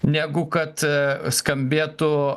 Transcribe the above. negu kad skambėtų